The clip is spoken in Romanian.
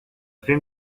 fim